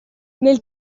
nel